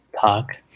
talk